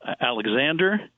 Alexander